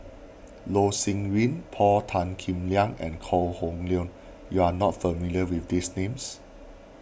Loh Sin Yun Paul Tan Kim Liang and Kok Hong Leun you are not familiar with these names